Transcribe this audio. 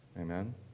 Amen